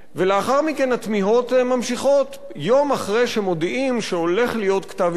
ולאחר מכן התמיהות נמשכות: יום אחרי שמודיעים שהולך להיות כתב אישום,